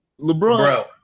LeBron